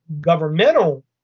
governmental